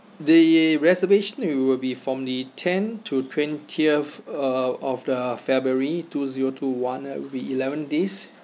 the reservation it will be from the ten to twentieth uh of the february two zero two one uh will be eleven days